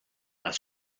das